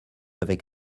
avec